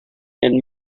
and